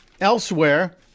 elsewhere